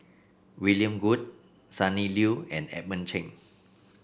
William Goode Sonny Liew and Edmund Chen